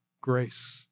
grace